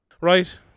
right